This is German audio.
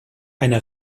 eine